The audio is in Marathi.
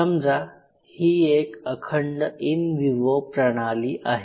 समजा ही एक अखंड इन विवो प्रणाली आहे